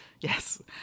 Yes